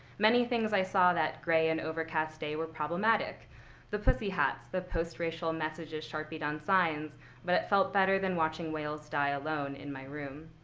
many things i saw that gray and overcast day were problematic the pussy hats, the postracial messages sharpied on signs but it felt better than watching whales die alone in my room.